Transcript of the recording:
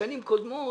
בשנים קודמות,